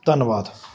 ਧੰਨਵਾਦ